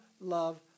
love